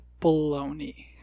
baloney